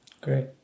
Great